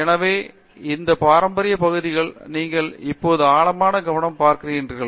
எனவே இந்த பாரம்பரிய பகுதிகளில் நீங்கள் இப்போது ஆழமான கவனம் பார்க்கிறீர்கள்